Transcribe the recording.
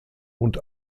und